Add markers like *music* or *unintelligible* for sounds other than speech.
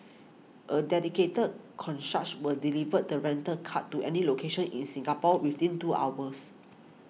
a dedicated *unintelligible* will deliver the rented car to any location in Singapore within two hours